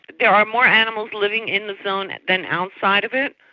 there are more animals living in the zone than outside of it.